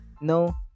No